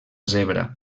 zebra